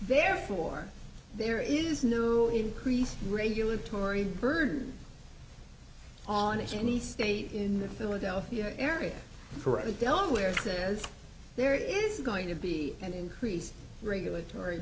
therefore there is no increase regulatory burden on is any state in the philadelphia area for a delaware says there is going to be an increase regulatory